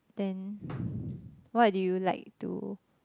then what do you like to